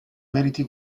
meriti